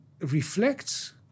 reflects